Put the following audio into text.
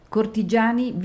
Cortigiani